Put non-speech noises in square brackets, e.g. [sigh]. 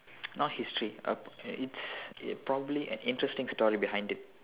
[noise] not history a it's it probably an interesting story behind it